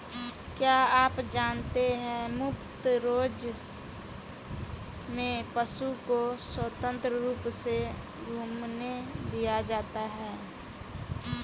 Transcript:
क्या आप जानते है मुफ्त रेंज में पशु को स्वतंत्र रूप से घूमने दिया जाता है?